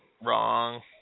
Wrong